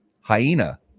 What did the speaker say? hyena